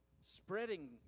spreading